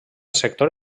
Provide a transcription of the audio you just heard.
sector